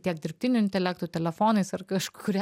tiek dirbtiniu intelektu telefonais ar kažkuria